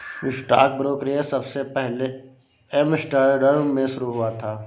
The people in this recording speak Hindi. स्टॉक ब्रोकरेज सबसे पहले एम्स्टर्डम में शुरू हुआ था